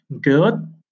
good